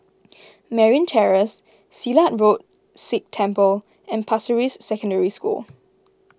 Merryn Terrace Silat Road Sikh Temple and Pasir Ris Secondary School